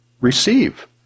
receive